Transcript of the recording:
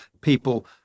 people